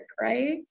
right